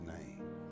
name